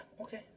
okay